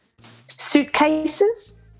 suitcases